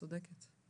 את צודקת.